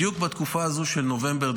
בדיוק בתקופה הזו של נובמבר-דצמבר,